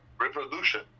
reproduction